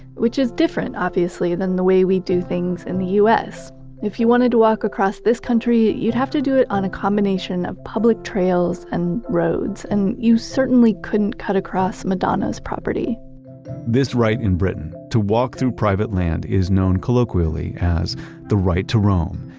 which is different, obviously, than the way we do things in the us. if you wanted to walk across this country, you'd have to do it on a combination of public trails and roads and you certainly couldn't cut across madonna's property this right in britain, to walk through private land, is known colloquially as the right to roam.